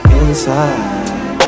inside